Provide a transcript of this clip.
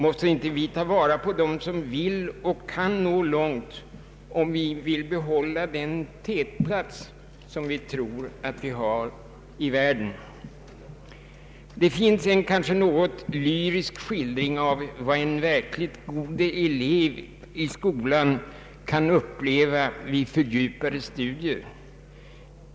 Måste inte vi ta vara på dem som vill och kan nå långt, om vi skall kunna behålla den tätplats som vi tror att vi i detta avseende har i världen i dag? Det finns en kanske något lyrisk skildring av vad en verkligt god elev i skolan kan uppleva vid fördjupade studier.